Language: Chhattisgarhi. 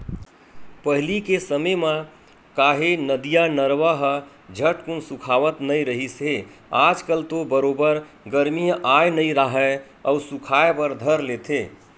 पहिली के समे म काहे नदिया, नरूवा ह झटकून सुखावत नइ रिहिस हे आज कल तो बरोबर गरमी ह आय नइ राहय अउ सुखाय बर धर लेथे